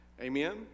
Amen